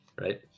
right